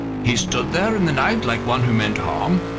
he stood there in the night, like one who meant harm.